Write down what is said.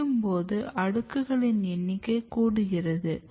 பிரியும் பொது அடுக்குகளின் எண்ணிக்கை கூடுகிறது